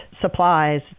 supplies